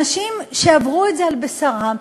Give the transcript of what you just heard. אנשים שעברו את זה על בשרם,